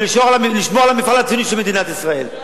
ולשמור על המפעל הציוני של מדינת ישראל.